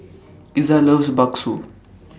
Iza loves Bakso